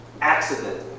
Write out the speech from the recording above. accident